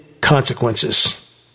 consequences